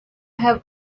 have